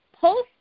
post